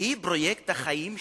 היא פרויקט החיים שלו,